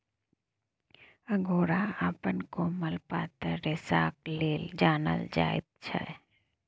angora अपन कोमल पातर रेशाक लेल जानल जाइत छै